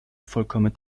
vollkommen